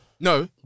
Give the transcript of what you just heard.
no